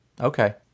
Okay